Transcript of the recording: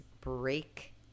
break